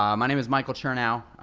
um my name is michael chernow,